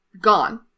gone